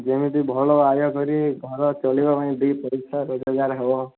ଯେମିତି ଭଲ ଆୟ କରି ଘର ଚାଲିବା ପାଇଁ ଦୁଇ ପଇସା ରୋଜଗାର ହେବ